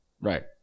Right